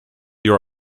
your